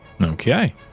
Okay